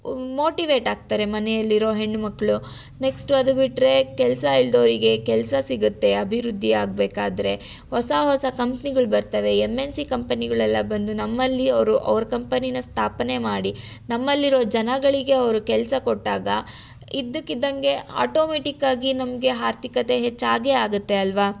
motivate ಆಗ್ತಾರೆ ಮನೆಯಲ್ಲಿರೋ ಹೆಣ್ಣುಮಕ್ಳು ನೆಕ್ಸ್ಟು ಅದು ಬಿಟ್ಟರೆ ಕೆಲಸ ಇಲ್ದೋರಿಗೆ ಕೆಲಸ ಸಿಗುತ್ತೆ ಅಭಿವೃದ್ಧಿ ಆಗಬೇಕಾದ್ರೆ ಹೊಸ ಹೊಸ ಕಂಪ್ನಿಗಳು ಬರ್ತವೆ ಎಮ್ ಎನ್ ಸಿ ಕಂಪೆನಿಗಳೆಲ್ಲ ಬಂದು ನಮ್ಮಲ್ಲಿ ಅವರು ಅವ್ರ ಕಂಪನಿಯ ಸ್ಥಾಪನೆ ಮಾಡಿ ನಮ್ಮಲ್ಲಿರೋ ಜನಗಳಿಗೆ ಅವರು ಕೆಲಸ ಕೊಟ್ಟಾಗ ಇದ್ದಕ್ಕಿದ್ದಂಗೆ ಆಟೋಮೆಟಿಕ್ ಆಗಿ ನಮಗೆ ಆರ್ಥಿಕತೆ ಹೆಚ್ಚಾಗೇ ಆಗುತ್ತೆ ಅಲ್ಲವಾ